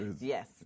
Yes